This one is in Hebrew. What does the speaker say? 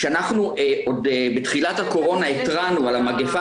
כשאנחנו עוד בתחילת הקורונה התרענו על המגפה